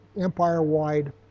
empire-wide